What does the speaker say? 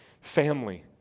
family